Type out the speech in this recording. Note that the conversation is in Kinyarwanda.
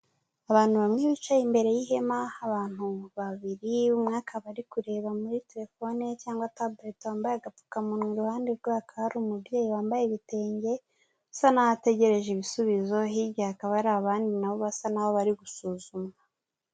Abantu bamwe bicaye imbere y'ihema, abantu babiri umwa akaba ari kureba muri telefone cyangwa tabuleti wambaye agapfukamunwa iruhande rwe hakaba hari umubyeyi wambaye ibitenge usa naho ategereje ibisubizo, hirya hakaba hari abandi nabo basa naho bari gusuzumwa.